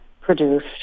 produced